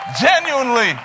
genuinely